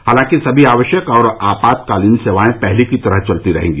हालांकि सभी आवश्यक और आपातकालीन सेवाएं पहले की तरह चलती रहेंगी